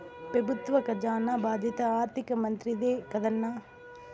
పెబుత్వ కజానా బాధ్యత ఆర్థిక మంత్రిదే కదన్నా